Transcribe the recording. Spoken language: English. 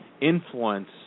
influence